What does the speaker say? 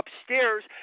upstairs